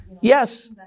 Yes